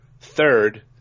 third